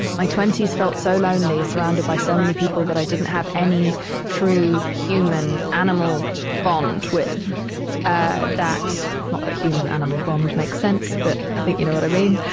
my twenty s felt so lonely, surrounded by so many people that i didn't have any true human, animal bond with ah that. not that but human, animal bond makes sense, but i think you know what i mean